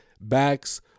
backs